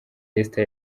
esther